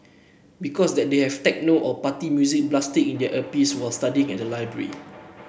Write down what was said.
because they have techno or party music blasting in their earpieces while studying at the library